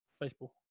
baseball